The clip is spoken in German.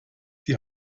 die